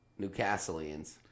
Newcastleians